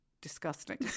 disgusting